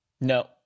no